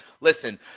Listen